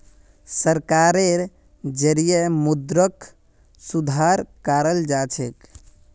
सरकारेर जरिएं मौद्रिक सुधार कराल जाछेक